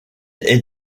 est